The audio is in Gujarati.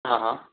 હા હા